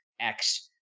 X-